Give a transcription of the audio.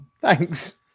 thanks